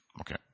Okay